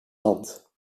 land